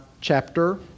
chapter